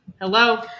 hello